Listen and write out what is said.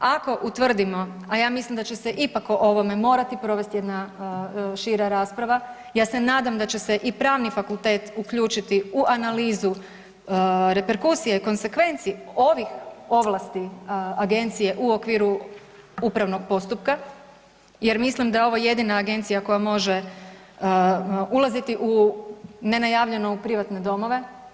Ako utvrdimo, a ja mislim da će se ipak o ovome morati provesti jedna šira rasprava, ja se nadam da će se i pravni fakultet uključiti u analizu reperkusije i konsekvenci ovih ovlasti agencije u okviru upravnog postupka jer mislim da je ovo jedina agencija koja može ulaziti u, nenajavljeno u privatne domove.